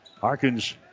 Harkins